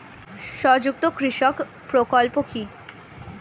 সংযুক্ত কৃষক প্রকল্প কি?